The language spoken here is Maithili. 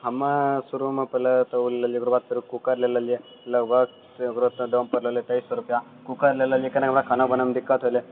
हमे शुरुमे पहिले तऽ ओ लेलियै ओकर बाद फेरो कूकर लए लेलियै लगभग ओकरो दाम पड़ि रहलै तैइस सय रुपआ कूकर लए लेलियै किएक ने हमरा खाना बनाबैमे दिक्कत होइ रहलै